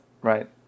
Right